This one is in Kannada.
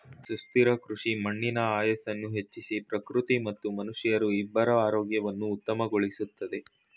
ಸುಸ್ಥಿರ ಕೃಷಿ ಮಣ್ಣಿನ ಆಯಸ್ಸನ್ನು ಹೆಚ್ಚಿಸಿ ಪ್ರಕೃತಿ ಮತ್ತು ಮನುಷ್ಯರ ಇಬ್ಬರ ಆರೋಗ್ಯವನ್ನು ಉತ್ತಮಗೊಳಿಸುತ್ತದೆ